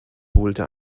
holte